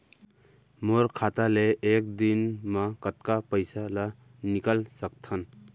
मोर खाता ले एक दिन म कतका पइसा ल निकल सकथन?